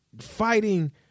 fighting